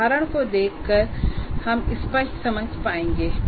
उदाहरणों को देखकर हम स्पष्ट समझ पाएंगे